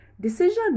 Decision